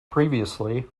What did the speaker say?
previously